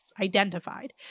identified